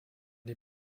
die